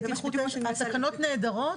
התקנות נהדרות.